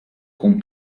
con